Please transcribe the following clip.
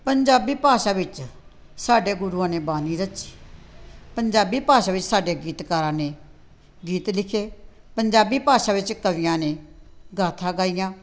ਪੰਜਾਬੀ ਭਾਸ਼ਾ ਵਿੱਚ ਸਾਡੇ ਗੁਰੂਆਂ ਨੇ ਬਾਣੀ ਰਚੀ ਪੰਜਾਬੀ ਭਾਸ਼ਾ ਵਿੱਚ ਸਾਡੇ ਗੀਤਕਾਰਾਂ ਨੇ ਗੀਤ ਲਿਖੇ ਪੰਜਾਬੀ ਭਾਸ਼ਾ ਵਿੱਚ ਕਵੀਆਂ ਨੇ ਗਾਥਾ ਗਾਈਆਂ